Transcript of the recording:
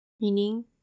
meaning